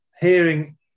hearing